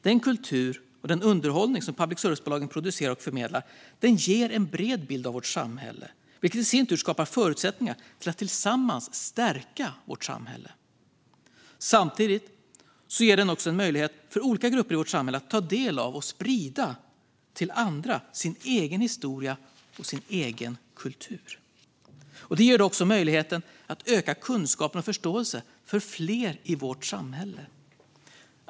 Den kultur och underhållning som public service-bolagen producerar och förmedlar ger en bred bild av vårt samhälle, vilket i sin tur skapar förutsättningar att tillsammans stärka vårt samhälle. Samtidigt så ger public service också möjlighet för olika grupper i vårt samhälle att få ta del av och sprida till andra sin egen historia och kultur. Det ger då också möjligheten att öka kunskapen och förståelsen för fler i vårt samhälle.